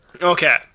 Okay